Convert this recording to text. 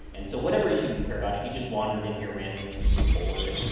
and so whatever issue you care about, if you just wandered in here randomly because you were bored,